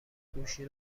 گوشی